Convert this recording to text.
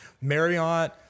Marriott